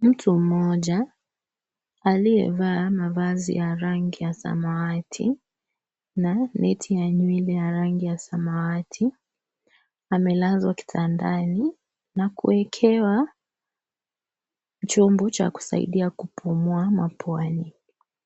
Mtu mmoja, aliyevaa mavazi ya rangi ya samawati na neti ya nywele ya rangi ya samawati. Amelazwa kitandani na kuekewa, chombo cha kusaidia kupumua mapuani.